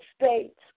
States